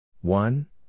One